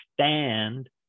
stand